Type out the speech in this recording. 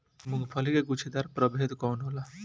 मूँगफली के गुछेदार प्रभेद कौन होला?